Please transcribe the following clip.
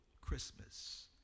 Christmas